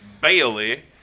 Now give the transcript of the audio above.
Bailey